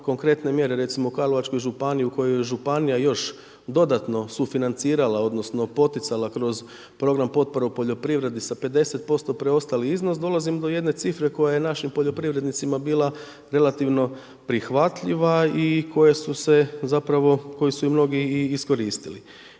konkretne mjere, recimo u Karlovačkoj županiji u kojoj županija još dodatno sufinancirala, odnosno poticala kroz program potpore u poljoprivredi sa 50% preostali iznos, dolazim do jedne cifre koja je našim poljoprivrednicima bila relativno prihvatljiva i koje su i mnogi i iskoristili.